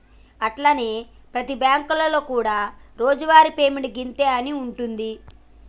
అట్లనే ప్రతి బ్యాంకులలో కూడా రోజువారి పేమెంట్ గింతే అని ఉంటుంది